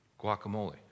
Guacamole